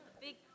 Big